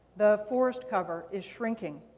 the forest cover is shrinking.